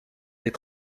des